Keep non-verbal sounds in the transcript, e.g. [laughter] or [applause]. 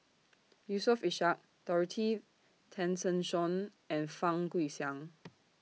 [noise] Yusof Ishak Dorothy Tessensohn and Fang Guixiang